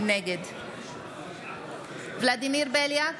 נגד ולדימיר בליאק,